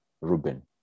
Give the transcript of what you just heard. Reuben